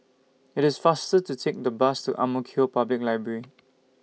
IT IS faster to Take The Bus to Ang Mo Kio Public Library